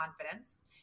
confidence